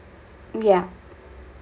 yeah